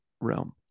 realm